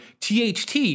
THT